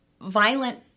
violent